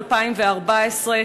2014,